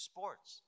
Sports